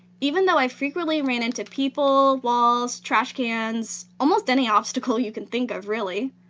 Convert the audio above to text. even though i frequently ran into people, walls, trashcans, almost any obstacle you can think of, really.